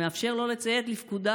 שמאפשר שלא לציית לפקודה